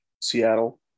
Seattle